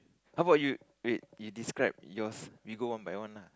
how about you wait you describe yours we go one by one lah